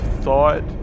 thought